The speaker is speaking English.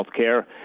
healthcare